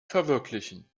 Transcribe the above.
verwirklichen